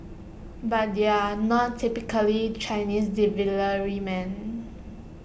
but they're not typically Chinese deliverymen